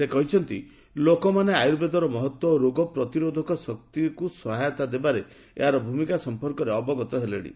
ସେ କହିଛନ୍ତି ଲୋକମାନେ ଆୟୁର୍ବେଦର ମହତ୍ୱ ଓ ରୋଗ ପ୍ରତିରୋଧକ ଶକ୍ତିକୁ ସହାୟତା ଦେବାରେ ଏହାର ଭୂମିକା ସମ୍ପର୍କରେ ଅବଗତ ହେଲେଣି